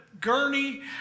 gurney